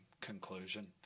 conclusion